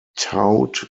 towed